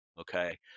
okay